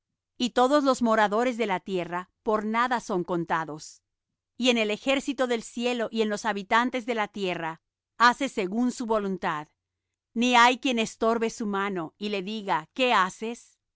y todos los moradores de la tierra por nada son contados y en el ejército del cielo y en los habitantes de la tierra hace según su voluntad ni hay quien estorbe su mano y le diga qué haces